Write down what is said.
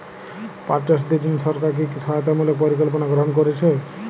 পাট চাষীদের জন্য সরকার কি কি সহায়তামূলক পরিকল্পনা গ্রহণ করেছে?